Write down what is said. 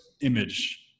image